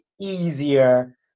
easier